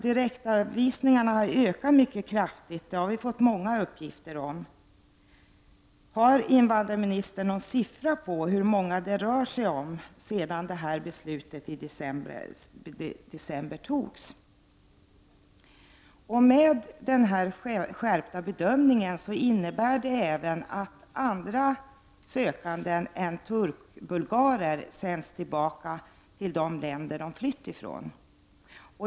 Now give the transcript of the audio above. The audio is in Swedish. Direktavvisningarna har ökat mycket kraftigt. Det har vi fått många uppgifter om. Har invandrarministern några siffror på hur många det rör sig om sedan detta beslut fattades i december? Denna skärpning vid bedömningen innebär även att andra asylsökande än turkbulgarer sänds tillbaka till de länder som de flytt från.